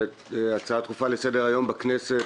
בהצעה דחופה לסדר היום בכנסת,